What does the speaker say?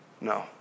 No